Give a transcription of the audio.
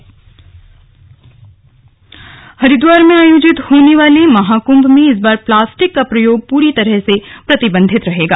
innovation summit Haridwar में आयोजित होने वाले महाकुंभ में इस बार प्लास्टिक का प्रयोग पूरी तरह से प्रतिबंधित रहेगा